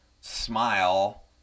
smile